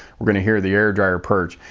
we're going to hear the air dryer purge.